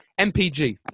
MPG